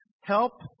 help